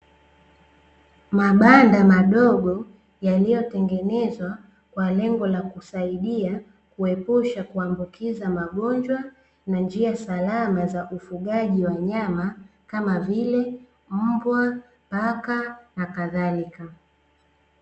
Mabanda madogo yaliyotengenezwa kwa lengo la kusaidia kuepusha kuambukiza magonjwa na njia salama za ufugaji wa wanyama kama vile mbwa, paka nakadhalika.